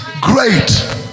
great